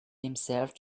himself